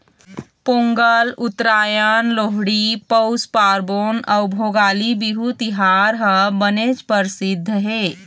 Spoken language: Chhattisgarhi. पोंगल, उत्तरायन, लोहड़ी, पउस पारबोन अउ भोगाली बिहू तिहार ह बनेच परसिद्ध हे